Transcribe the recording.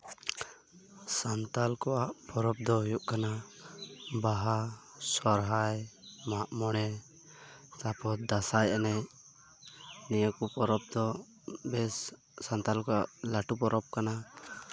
ᱥᱟᱱᱛᱟᱲ ᱠᱚᱣᱟᱜ ᱯᱚᱨᱚᱵᱽ ᱫᱚ ᱦᱩᱭᱩᱜ ᱠᱟᱱᱟ ᱵᱟᱦᱟ ᱥᱚᱨᱦᱟᱭ ᱢᱟᱜ ᱢᱚᱬᱮ ᱛᱟᱨᱯᱚᱨ ᱫᱟᱸᱥᱟᱭ ᱮᱱᱮᱡ ᱱᱤᱭᱟᱹ ᱠᱚ ᱯᱚᱨᱚᱵᱽ ᱫᱚ ᱵᱮᱥ ᱥᱟᱱᱛᱟᱲ ᱠᱚᱣᱟᱜ ᱞᱟᱹᱴᱩ ᱯᱚᱨᱚᱵᱽ ᱠᱟᱱᱟ ᱟᱨ